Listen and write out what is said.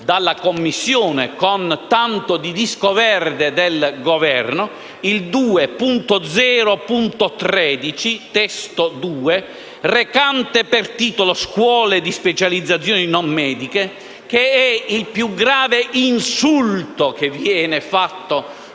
dalla Commissione con tanto di disco verde del Governo, recante per titolo «scuole di specializzazioni non mediche», è il più grave insulto che viene fatto